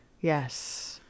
Yes